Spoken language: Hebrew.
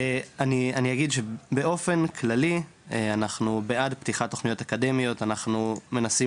אני אגיד שם באופן כללי אנחנו בעד פתיחת תוכניות אקדמיות אנחנו מנסים